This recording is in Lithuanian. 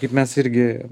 kaip mes irgi